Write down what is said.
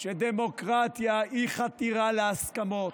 שדמוקרטיה היא חתירה להסכמות,